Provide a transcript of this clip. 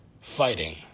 fighting